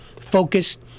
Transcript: focused